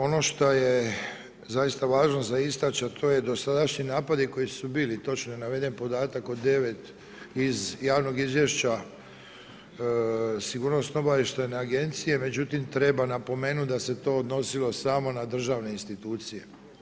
Ono što je zaista važno za istaći a to je dosadašnji napadi koji su bili, točno je naveden podatak od 9 iz javnog izvješća Sigurnosno obavještajne agencije, međutim treba napomenuti da se to odnosilo samo na državne institucije.